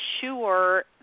sure